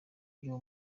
byo